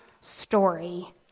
story